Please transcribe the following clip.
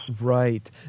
Right